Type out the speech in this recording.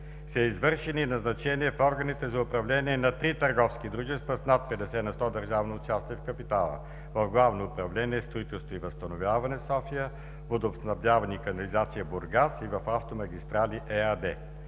са извършени назначения в органите за управление на три търговски дружества с над 50 на сто държавно участие в капитала: в Главно управление „Строителство и възстановяване“ – София, „Водоснабдяване и канализация“ – Бургас, и в „Автомагистрали“ ЕАД.